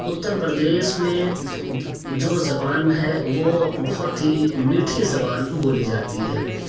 اتر پردیس میں جو زبان ہے وہ بہت ہی میٹھی زبان بولی جاتی ہے